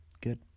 Good